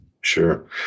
Sure